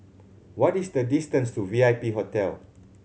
what is the distance to V I P Hotel